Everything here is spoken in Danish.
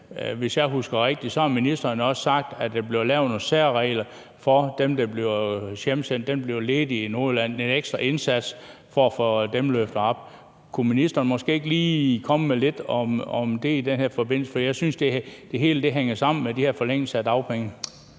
hvis jeg husker rigtigt, også har sagt, at der bliver lavet nogle særregler for dem, der bliver hjemsendt, dem, der bliver ledige, i Nordjylland, altså en ekstra indsats for at få dem løftet op. Kunne ministeren måske ikke lige komme med lidt om det i den her forbindelse? For jeg synes, det hele hænger sammen med de her forlængelser i forhold